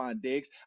Diggs